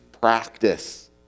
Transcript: practice